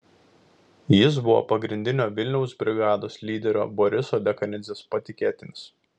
jis buvo pagrindinio vilniaus brigados lyderio boriso dekanidzės patikėtinis